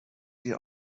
die